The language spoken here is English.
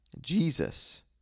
Jesus